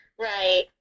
Right